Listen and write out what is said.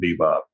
Bebop